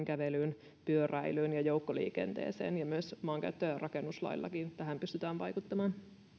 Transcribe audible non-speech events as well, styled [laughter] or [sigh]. [unintelligible] kävelyyn pyöräilyyn ja joukkoliikenteeseen ja myös maankäyttö ja rakennuslaillakin tähän pystytään vaikuttamaan